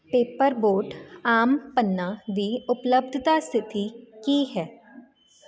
paper boat aam panna ਦੀ ਉਪਲੱਬਧਤਾ ਸਥਿਤੀ ਕੀ ਹੈ